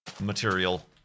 material